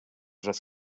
das